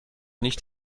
nicht